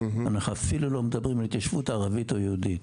אנחנו אפילו לא מדברים על התיישבות ערבית או יהודית,